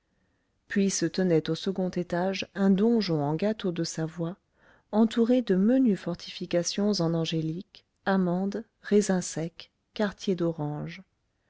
puis se tenait au second étage un donjon en gâteau de savoie entouré de menues fortifications en angélique amandes raisins secs quartiers d'oranges